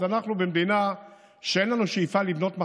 אז אנחנו במדינה שאין לנו שאיפה לבנות בה